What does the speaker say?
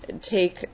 take